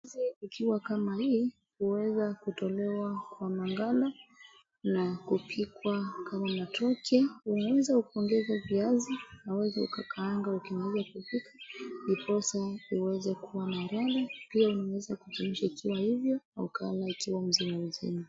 Ndizi ukiwa kama hii, huweza kutolewa kwa maganda na kupikwa kama matoke. Unaweza ukaongeza viazi, unaweza ukakaanga ukimaliza kupika, ndiposa iweze kuwa ladha, pia unaweza chemsha ikiwa hivyo, au ukala ikiwa mzima mzima.